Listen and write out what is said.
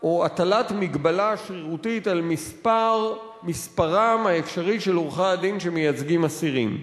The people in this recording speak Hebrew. או הטלת מגבלה שרירותית על מספרם האפשרי של עורכי-הדין שמייצגים אסירים.